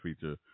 feature